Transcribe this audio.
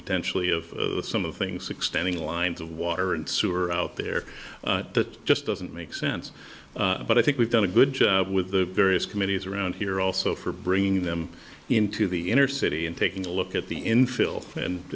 potentially of some of things extending lines of water and sewer out there that just doesn't make sense but i think we've done a good job with the various committees around here also for bringing them into the inner city and taking a look at the infill and